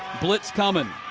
blitz coming.